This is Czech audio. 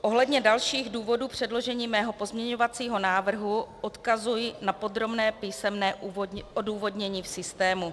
Ohledně dalších důvodů předložení mého pozměňovacího návrhu odkazuji na podrobné písemné odůvodnění v systému.